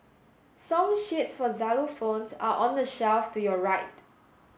song sheets for xylophones are on the shelf to your right